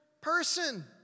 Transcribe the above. person